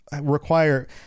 require